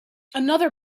another